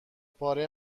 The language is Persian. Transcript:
پاره